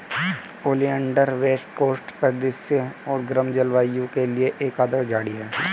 oleander west coast परिदृश्य और गर्म जलवायु के लिए एक आदर्श झाड़ी है